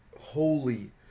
holy